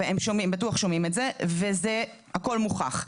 הם בטוח שומעים את זה, והכל מוכח.